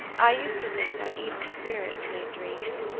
i used to think that evil spirits made dreams,